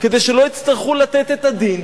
כדי שלא יצטרכו לתת את הדין,